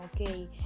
okay